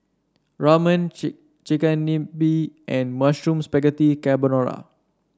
Ramen Chigenabe and Mushroom Spaghetti Carbonara